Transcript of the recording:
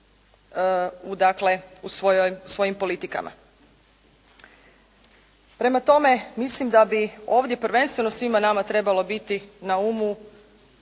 svojim politikama. Prema tome mislim da bi ovdje prvenstveno svima nama trebalo biti na umu